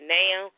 now